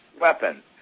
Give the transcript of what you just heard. weapons